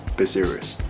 be serious